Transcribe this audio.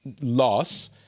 loss